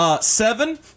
Seven